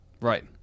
Right